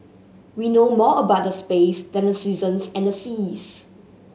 we know more about the space than the seasons and the seas